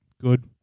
Good